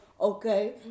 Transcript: okay